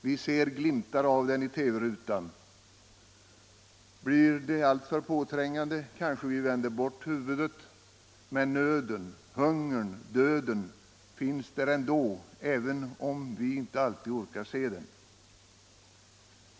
Vi ser glimtar av den ibland i TV rutan. Blir de alltför påträngande kanske vi vänder bort huvudet. Men nöden, hungern, döden finns där ändå, även om vi inte alltid orkar se den.